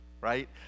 right